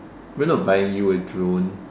we are not buying you a drone